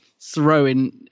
throwing